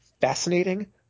fascinating